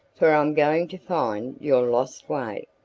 for i'm going to find your lost way